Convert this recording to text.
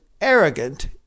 arrogant